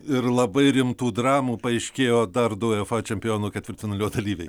ir labai rimtų dramų paaiškėjo dar du uefa čempionų ketvirtfinalio dalyviai